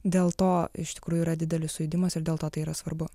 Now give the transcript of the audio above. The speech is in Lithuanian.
dėl to iš tikrųjų yra didelis sujudimas ir dėl to tai yra svarbu